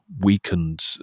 weakened